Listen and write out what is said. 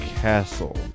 castle